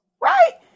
right